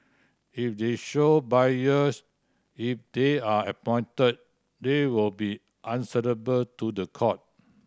if they show bias if they are appointed they will be answerable to the court